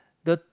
the